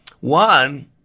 One